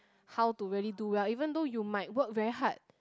how to really do well even though you might work very hard